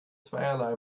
zweierlei